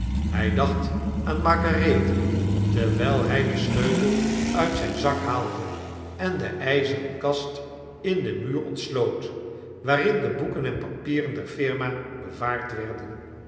hg dacht aan margarethe terwgl hg den sleutel uit zijn zak haalde en de gzeren kast in den muur ontsloot waarin de boeken en papieren der flrma bewaard werden